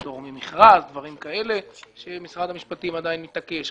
פטור ממכרז ודברים כיוצא בזה שמשרד המשפטים עדיין מתעקש לגביהם.